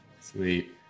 sweet